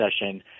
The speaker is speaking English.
session